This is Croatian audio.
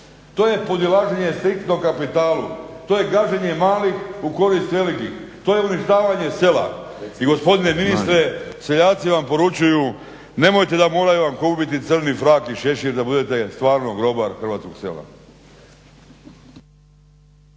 To je podilaženje striktnom kapitalu, to je gaženje malih u korist velikih, to je uništavanje sela. I gospodine ministre, seljaci vam poručuju nemojte da moraju vam kupiti crni frak i šešir da budete stvarno grobar hrvatskog sela.